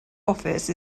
office